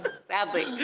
sadly.